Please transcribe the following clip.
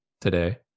today